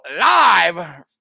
live